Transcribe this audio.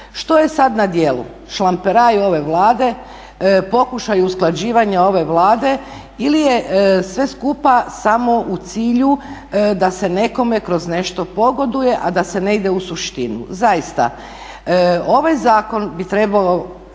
Što je sada na djelu? Šlamperaj ove Vlade, pokušavaj usklađivanja ove Vlade ili je sve skupa samo u cilju da se nekome kroz nešto pogoduje, a da se ne ide u suštinu. Zaista ovaj zakon bi trebao